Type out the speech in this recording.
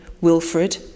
Wilfred